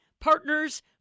partners